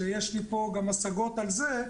שיש לי פה גם השגות על זה,